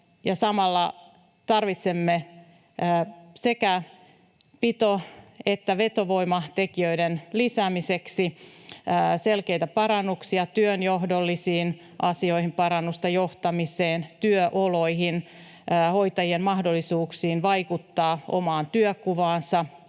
Samalla tarvitsemme sekä pito- että vetovoimatekijöiden lisäämiseksi selkeitä parannuksia työnjohdollisiin asioihin, parannusta johtamiseen, työoloihin, hoitajien mahdollisuuksiin vaikuttaa omaan työnkuvaansa